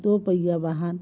दो पहिया वाहन